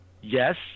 yes